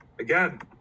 Again